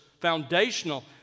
foundational